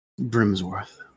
Brimsworth